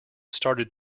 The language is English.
started